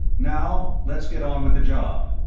now let's get on with the job.